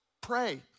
pray